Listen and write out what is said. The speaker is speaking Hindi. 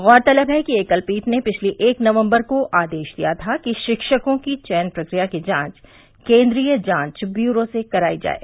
गौरतलब है कि एकल पीठ ने पिछली एक नवम्बर को आदेश दिया था कि शिक्षकों की चयन प्रक्रिया की जाँच केन्द्रीय जाँच ब्यूरो से करायी जाये